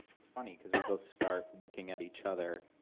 it's funny because we both start looking at each other